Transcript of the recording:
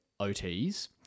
OTs